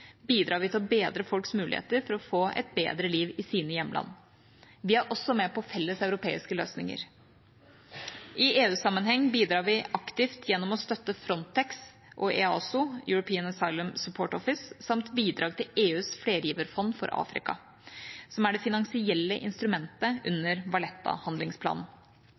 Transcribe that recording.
bidrar vi til å bedre folks muligheter til å få et bedre liv i sine hjemland. Vi er også med på felles europeiske løsninger. I EU-sammenheng bidrar vi aktivt gjennom støtte til Frontex og EASO, European Asylum Support Office, samt bidrag til EUs flergiverfond for Afrika, som er det finansielle instrumentet under